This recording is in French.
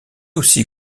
aussi